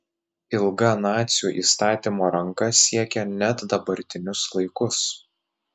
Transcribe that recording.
ilga nacių įstatymo ranka siekia net dabartinius laikus